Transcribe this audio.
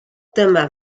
dyma